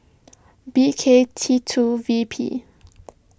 B K T two V P